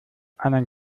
einen